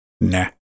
nah